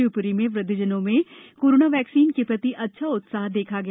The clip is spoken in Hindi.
शिवप्री में वृद्धजनों में कोरोना वैक्सीन के प्रति अच्छा उत्साह देखा गया